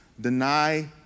deny